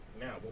now